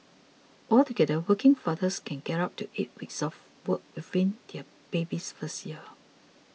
altogether working fathers can get up to eight weeks off work within their baby's first year